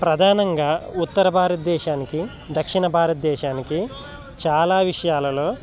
ప్రధానంగా ఉత్తర భారతదేశానికి దక్షిణ భారతదేశానికి చాలా విషయాలలో